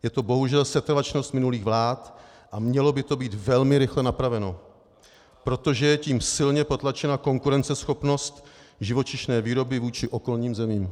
Je to bohužel setrvačnost minulých vlád a mělo by to být velmi rychle napraveno, protože je tím silně potlačena konkurenceschopnost živočišné výroby vůči okolním zemím.